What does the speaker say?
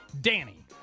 Danny